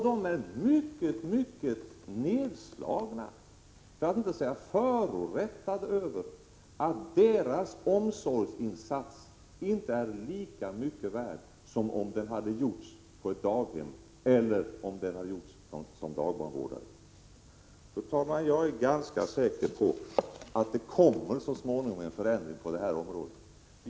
De är mycket nedslagna och förorättade över att deras omsorgsinsats inte är lika mycket värd som om den hade gjorts på ett daghem eller av dagbarnvårdare. Fru talman! Jag är ganska säker på att det så småningom kommer en förändring på detta område.